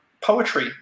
poetry